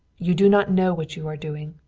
you do not know what you are doing.